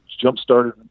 jump-started –